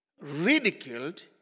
ridiculed